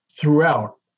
throughout